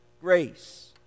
grace